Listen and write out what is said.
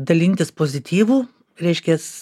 dalintis pozityvu reiškias